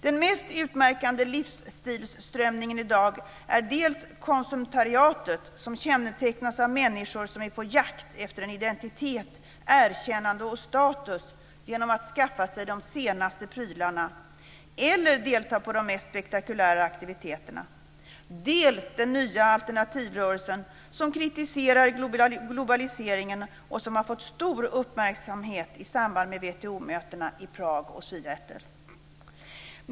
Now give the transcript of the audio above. De mest utmärkande livsstilsströmningarna i dag är dels "konsumtariatet", som kännetecknas av människor som är på jakt efter identitet, erkännande och status genom att skaffa sig de senaste prylarna eller delta i de mest spektakulära aktiviteterna. Dels finns också den nya alternativrörelsen som kritiserar globaliseringen och som har fått stor uppmärksamhet i samband med WTO-mötena i Prag och Seattle.